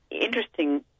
interesting